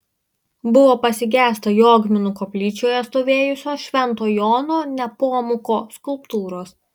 buvo pasigesta jogminų koplyčioje stovėjusios švento jono nepomuko skulptūros